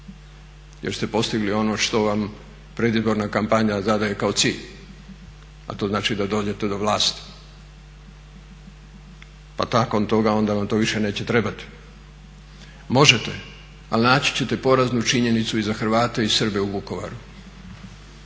Još ste postigli ono što vam predizborna kampanja zadaje kao cilj, a to znači da dođete do vlasti, pa nakon toga onda vam to više neće trebate. Možete ali naći ćete poraznu činjenicu i za Hrvate i za Srbe u Vukovaru,